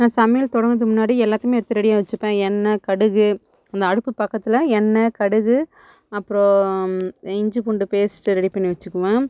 நான் சமையல் தொடங்கிறதுக்கு முன்னாடி எல்லாத்தையும் எடுத்து ரெடியா வச்சிப்பேன் எண்ணெய் கடுகு இந்த அடுப்பு பக்கத்தில் எண்ணெய் கடுகு அப்புறம் இஞ்சி பூண்டு பேஸ்ட்டு ரெடி பண்ணி வச்சுக்குவேன்